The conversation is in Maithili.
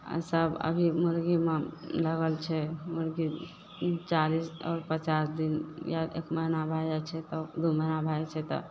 आओर सब अभी मुर्गीमे लगल छै मुर्गी चालीस आओर पचास दिन या एक महीना भए जाइ छै तऽ दू महीना भए जाइ छै तऽ